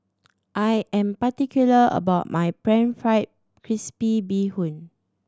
I am particular about my Pan Fried Crispy Bee Hoon